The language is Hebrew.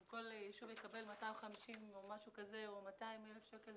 אם כל ישוב יקבל 250,000 או 200,000 שקל,